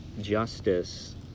justice